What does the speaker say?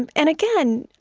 and and again,